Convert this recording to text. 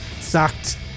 Sacked